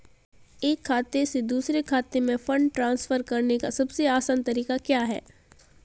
एक खाते से दूसरे खाते में फंड ट्रांसफर करने का सबसे आसान तरीका क्या है?